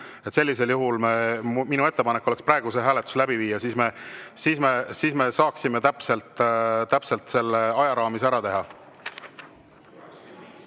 seda tehtud. Minu ettepanek oleks praegu see hääletus läbi viia, siis me saaksime täpselt selles ajaraamis selle ära teha.